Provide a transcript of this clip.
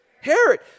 Herod